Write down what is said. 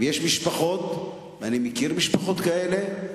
ויש משפחות, ואני מכיר משפחות כאלה,